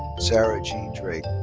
sarah jean drake.